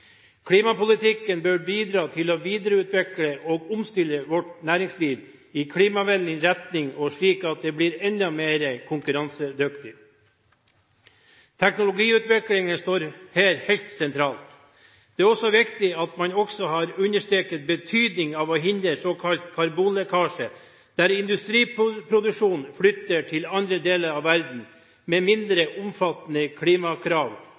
Klimapolitikken bør bidra til å videreutvikle og omstille vårt næringsliv i klimavennlig retning, og slik at det blir enda mer konkurransedyktig. Teknologiutviklingen står her helt sentralt. Det er også viktig at man også har understreket betydningen av å hindre såkalt karbonlekkasje. At industriproduksjonen flytter til andre deler av verden, med mindre omfattende klimakrav